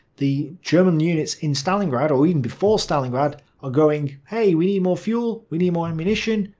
the german units in stalingrad, or even before stalingrad, are going, hey, we need more fuel, we need more ammunition.